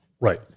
right